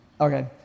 Okay